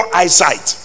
eyesight